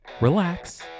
Relax